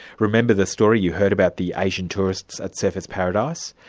remember the story you heard about the asian tourists at surfers paradise.